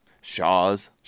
Shaw's